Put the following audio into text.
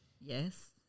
yes